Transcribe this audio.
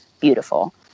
beautiful